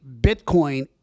Bitcoin